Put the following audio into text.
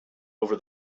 over